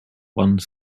one